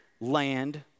land